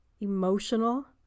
emotional